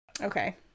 Okay